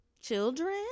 children